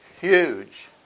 huge